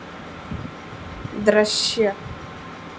दृश्य